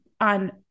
on